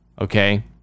okay